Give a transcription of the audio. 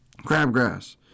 crabgrass